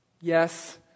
yes